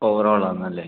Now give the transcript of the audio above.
overall ആണല്ലേ